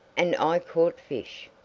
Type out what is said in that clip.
and i caught fish!